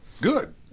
Good